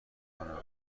بکنم